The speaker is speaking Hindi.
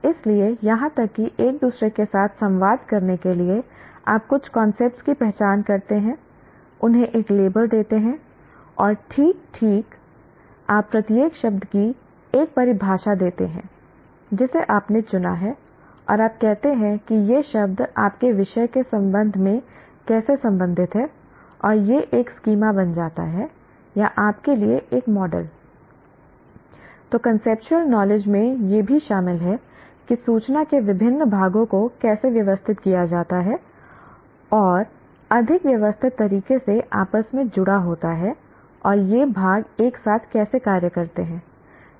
इसलिए यहां तक कि एक दूसरे के साथ संवाद करने के लिए आप कुछ कांसेप्ट की पहचान करते हैं उन्हें एक लेबल देते हैं और ठीक ठीक आप प्रत्येक शब्द की एक परिभाषा देते हैं जिसे आपने चुना है और आप कहते हैं कि ये शब्द आपके विषय के संबंध में कैसे संबंधित हैं और यह एक स्कीमा बन जाता है या आपके लिए एक मॉडलI तो कांसेप्चुअल नॉलेज में यह भी शामिल है कि सूचना के विभिन्न भागों को कैसे व्यवस्थित किया जाता है और अधिक व्यवस्थित तरीके से आपस में जुड़ा होता है और ये भाग एक साथ कैसे कार्य करते हैं